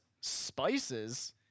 spices